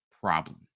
problem